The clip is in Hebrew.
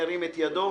ירים את ידו.